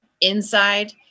inside